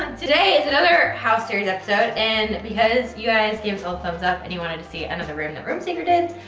today is another house series episode and because you guys gave us all thumbs up and you wanted to see another room that room secret did,